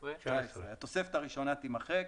התוספת הראשונה תימחק.